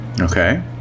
Okay